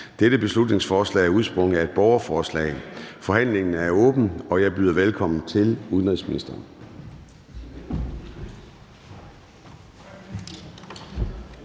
Dette beslutningsforslag er udsprunget af et borgerforslag. Forhandlingen er åbnet, og jeg byder velkommen til udenrigsministeren.